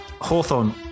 Hawthorne